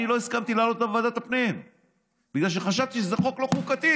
אני לא הסכמתי להעלות את זה בוועדת הפנים בגלל חשבתי שזה חוק לא חוקתי.